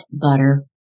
butter